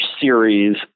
series